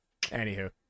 Anywho